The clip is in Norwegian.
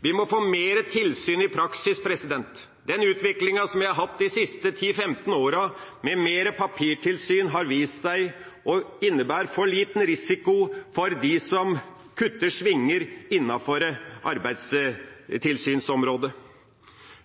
Vi må få mer tilsyn i praksis. Den utviklinga som vi har hatt de siste 10–15 årene med mer papirtilsyn, har vist seg å innebære for liten risiko for dem som kutter svinger innenfor arbeidstilsynsområdet.